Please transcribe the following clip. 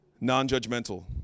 Non-judgmental